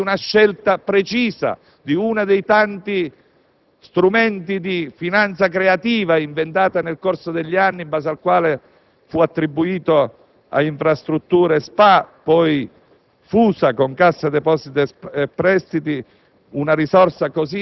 modo, la regolazione debitoria che riguarda le Ferrovie è l'eredità di uno dei tanti strumenti di finanza creativa inventati nel corso degli anni, in base al quale fu attribuita a Infrastrutture SpA, poi